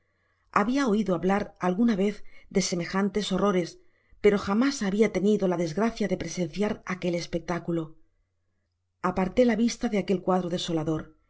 habia oido hablar alguna vez de semejantes horrores pero jamás habia tenido la desgracia de presenciar aquel espectáculo aparté la vista de aquel cuadro desolador